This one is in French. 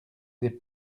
des